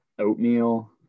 Oatmeal